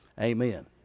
Amen